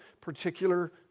particular